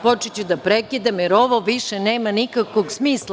Počeću da prekidam, jer ovo više nema nikakvog smisla.